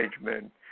management